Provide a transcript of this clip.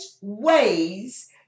ways